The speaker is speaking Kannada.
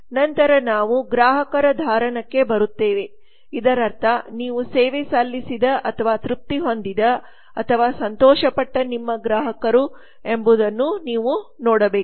ನಂತರ ನಾವು ಗ್ರಾಹಕರ ಧಾರಣಕ್ಕೆ ಬರುತ್ತೇವೆ ಇದರರ್ಥ ನೀವು ಸೇವೆ ಸಲ್ಲಿಸಿದ ಅಥವಾ ತೃಪ್ತಿ ಹೊಂದಿದ ಅಥವಾ ಸಂತೋಷಪಟ್ಟ ನಿಮ್ಮ ಗ್ರಾಹಕರು ಎಂಬುದನ್ನು ನೀವು ನೋಡಬೇಕು